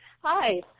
Hi